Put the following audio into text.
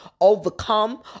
overcome